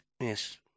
Yes